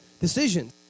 decisions